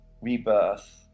rebirth